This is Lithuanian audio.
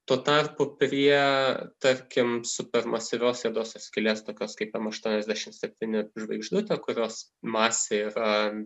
tuo tarpu prie tarkim super masyvios juodosios skylės tokios kaip m aštuoniasdešimt septyni žvaigždutė kurios masė yra